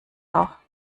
auch